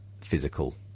physical